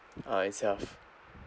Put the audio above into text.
uh itself